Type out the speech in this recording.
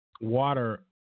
water